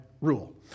rule